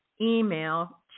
email